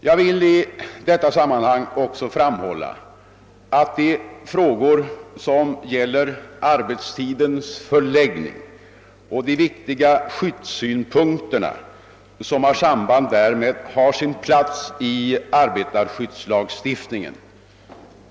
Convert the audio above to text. Jag vill i detta sammanhang också framhålla att de frågor som gäller arbetstidens förläggning och de viktiga skyddssynpunkterna, som har samband därmed, har sin plats i arbetarskyddslagstiftningen.